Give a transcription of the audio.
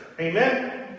Amen